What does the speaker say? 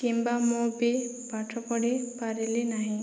କିମ୍ବା ମୁଁ ବି ପାଠପଢ଼ି ପାରିଲିନାହିଁ